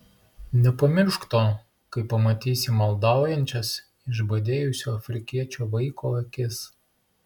nepamiršk to kai pamatysi maldaujančias išbadėjusio afrikiečio vaiko akis